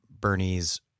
Bernie's